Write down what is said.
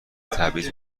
تبعیض